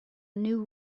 new